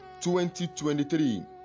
2023